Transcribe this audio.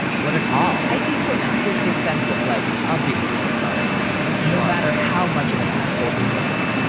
what a call i think sometimes there's this sense of like, obviously that's not an option no matter how much of an asshole he was.